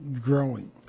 growing